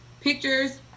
Pictures